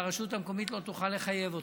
והרשות המקומית לא תוכל לחייב אותו.